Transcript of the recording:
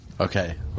Okay